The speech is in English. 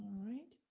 right.